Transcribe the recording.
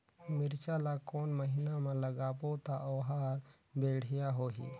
मिरचा ला कोन महीना मा लगाबो ता ओहार बेडिया होही?